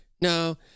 no